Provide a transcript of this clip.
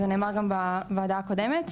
זה נאמר גם בוועדה הקודמת.